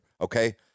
okay